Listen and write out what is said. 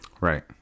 Right